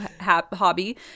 hobby